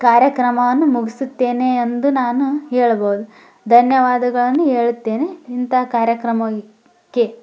ಕಾರ್ಯಕ್ರಮವನ್ನು ಮುಗಿಸುತ್ತೇನೆ ಎಂದು ನಾನು ಹೇಳಬೋದು ಧನ್ಯವಾದಗಳನ್ನು ಹೇಳುತ್ತೇನೆ ಇಂಥ ಕಾರ್ಯಕ್ರಮಕ್ಕೆ